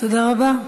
תודה רבה.